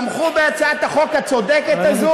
הם תמכו בהצעת החוק הצודקת הזאת,